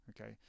okay